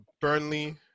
Burnley